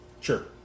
Sure